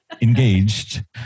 engaged